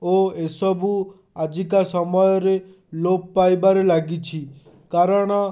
ଓ ଏସବୁ ଆଜିକା ସମୟରେ ଲୋପ ପାଇବାରେ ଲାଗିଛି କାରଣ